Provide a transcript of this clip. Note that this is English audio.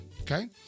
okay